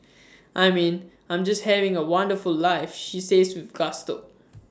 I mean I'm just having A wonderful life she says with gusto